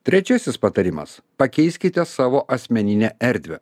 trečiasis patarimas pakeiskite savo asmeninę erdvę